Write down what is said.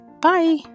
Bye